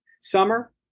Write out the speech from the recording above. Summer